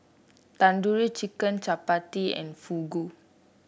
Tandoori Chicken Chapati and Fugu